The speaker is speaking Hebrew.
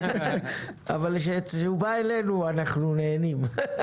אבל כשהוא בא אלינו אנחנו נהנים.